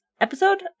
episode